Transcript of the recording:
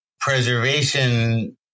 preservation